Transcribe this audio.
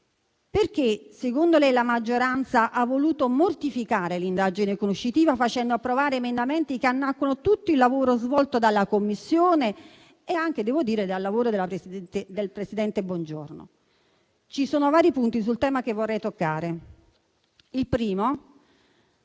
Perché secondo lei la maggioranza ha voluto mortificare l'indagine conoscitiva facendo approvare emendamenti che annacquano tutto il lavoro svolto dalla Commissione e anche - devo dire - il lavoro svolto dal presidente Bongiorno? Ci sono vari punti sul tema che vorrei toccare. Il primo è